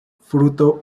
fruto